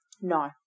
No